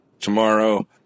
tomorrow